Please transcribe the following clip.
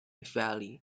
valley